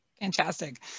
Fantastic